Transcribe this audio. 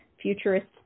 futurist